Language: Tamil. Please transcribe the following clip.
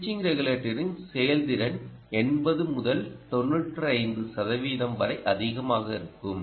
ஸ்விட்சிங் ரெகுலேட்டரின் செயல்திறன் 80 முதல் 95 சதவிகிதம் வரை அதிகமாக இருக்கும்